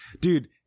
dude